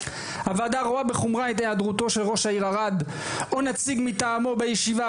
הוועדה רואה בחומרה את היעדרותו של ראש העיר ערד או נציג מטעמו בישיבה,